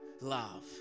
love